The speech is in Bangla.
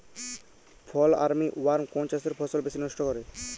ফল আর্মি ওয়ার্ম কোন চাষের ফসল বেশি নষ্ট করে?